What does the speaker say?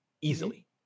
easily